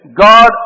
God